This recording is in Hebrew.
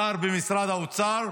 שר במשרד האוצר,